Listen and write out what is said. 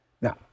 Now